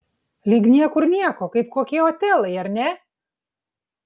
lyg niekur nieko kaip kokie otelai ar ne